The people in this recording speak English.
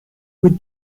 with